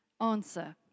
answer